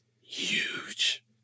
huge